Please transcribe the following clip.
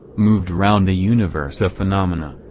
moved round the universe of phenomena,